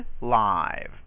live